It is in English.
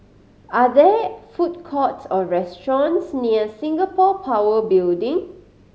are there food courts or restaurants near Singapore Power Building